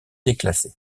déclassé